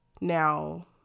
Now